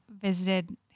visited